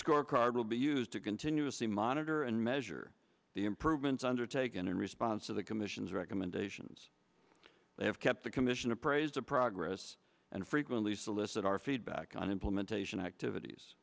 scorecard will be used to continuously monitor and measure the improvements undertaken in response to the commission's recommendations they have kept the commission appraised of progress and frequently solicit our feedback on implementation activities